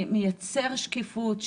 שמייצר שקיפות,